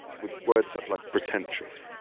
with words like pretentious.